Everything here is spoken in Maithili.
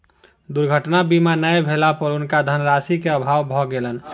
दुर्घटना बीमा नै भेला पर हुनका धनराशि के अभाव भ गेलैन